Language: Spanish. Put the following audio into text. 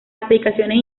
aplicaciones